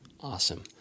Awesome